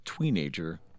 teenager